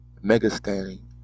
mega-standing